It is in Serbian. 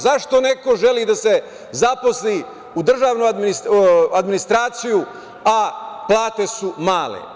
Zašto neko želi da se zaposli u državnoj administraciji, a plate su male?